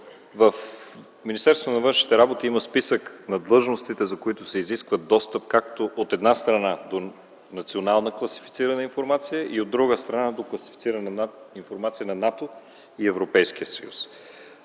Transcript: работи има списък на длъжностите, за които се изисква достъп, от една страна, до национална класифицирана информация, от друга страна, до класифицирана информация на НАТО и Европейския съюз.